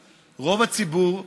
האין-חוק הזה הוא